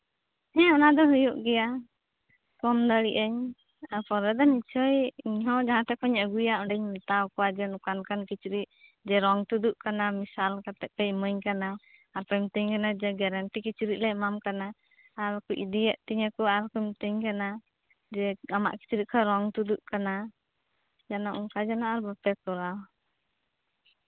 ᱦᱮᱸ ᱚᱱ ᱫᱚ ᱦᱩᱭᱩᱜ ᱜᱮᱭᱟ ᱯᱷᱳᱱ ᱫᱟᱲᱮᱭᱟᱜ ᱟᱹᱧ ᱟᱨ ᱯᱚᱨᱮ ᱫᱚᱧ ᱱᱤᱥᱪᱳᱭ ᱤᱧ ᱦᱚᱸ ᱡᱟᱦᱟᱸᱴᱷᱮᱱ ᱠᱷᱚᱱ ᱤᱧ ᱟᱹᱜᱩᱭᱟ ᱚᱸᱰᱮᱧ ᱢᱮᱛᱟᱣᱟᱠᱚᱣᱟ ᱱᱚᱝᱠᱟᱼᱱᱚ ᱝᱠᱟ ᱠᱤᱪᱨᱤᱪ ᱡᱮ ᱨᱚᱝ ᱛᱩᱫᱩᱜ ᱠᱟᱱᱟ ᱢᱮᱥᱟᱞ ᱠᱟᱛᱮ ᱯᱮ ᱤᱢᱟᱹᱧ ᱠᱟᱱᱟ ᱟᱨᱯᱮ ᱢᱤᱛᱟᱹᱧ ᱠᱟᱱᱟ ᱫᱮ ᱜᱮᱨᱮᱱᱴᱤ ᱠᱤᱪᱨᱤᱪ ᱞᱮ ᱮᱢᱟᱢ ᱠᱟᱱᱟ ᱟᱨᱯᱮ ᱤᱫᱤᱭᱮᱫ ᱛᱤᱧᱟᱹ ᱠᱚ ᱟᱨᱦᱚᱸ ᱠᱚ ᱢᱤᱛᱟᱹᱧ ᱠᱟᱱᱟ ᱡᱮ ᱟᱢᱟᱜ ᱠᱤᱪᱨᱤᱪ ᱠᱷᱚᱱ ᱨᱚᱝ ᱛᱩᱫᱩᱜ ᱠᱟᱱᱟ ᱡᱮᱱᱚ ᱡᱮᱱᱚ ᱚᱱᱠᱟ ᱡᱮᱱᱚ ᱟᱞᱚ ᱯᱮ ᱠᱚᱨᱟᱣ